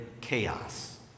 chaos